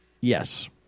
Yes